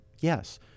yes